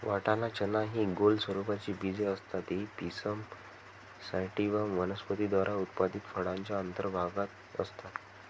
वाटाणा, चना हि गोल स्वरूपाची बीजे असतात ही पिसम सॅटिव्हम वनस्पती द्वारा उत्पादित फळाच्या अंतर्भागात असतात